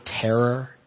terror